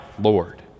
Lord